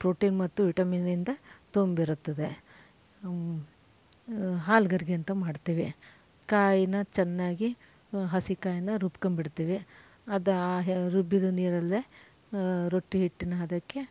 protein ಮತ್ತು ವಿಟಮಿನ್ಯಿಂದ ತುಂಬಿರುತ್ತದೆ ಹಾಲ್ಗರ್ಗೆ ಅಂತ ಮಾಡ್ತೀವಿ ಕಾಯಿನ ಚೆನ್ನಾಗಿ ಹಸಿ ಕಾಯಿನ ರುಬ್ಕೊಂಬಿಡ್ತೀವಿ ಅದು ರುಬ್ಬಿದ ನೀರಲ್ಲೆ ರೊಟ್ಟಿ ಹಿಟ್ಟಿನ ಹದಕ್ಕೆ